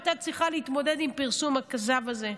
היא הייתה צריכה להתמודד עם פרסום הכזב הזה,